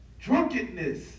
drunkenness